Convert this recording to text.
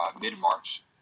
mid-March